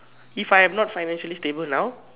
if I am not financially stable now